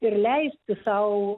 ir leisti sau